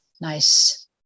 nice